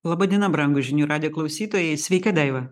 laba diena brangūs žinių radijo klausytojai sveika daiva